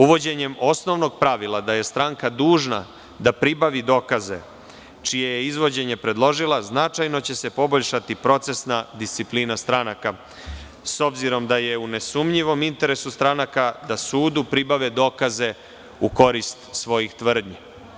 Uvođenjem osnovnog pravila, da je stranka dužna da pribavi dokaze, čije je izvođenje predložila, značajno će se poboljšati procesna disciplina stranaka, s obzirom da je u nesumnjivom interesu stranaka da sudu pribave dokaze u korist svojih tvrdnji.